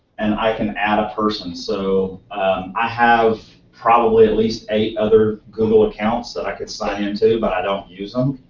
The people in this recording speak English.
and i can add a person. so i have probably at least eight other google accounts that i could sign into, but i don't use them.